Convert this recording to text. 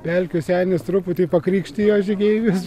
pelkių senis truputį pakrikštijo žygeivius